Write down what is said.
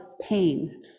pain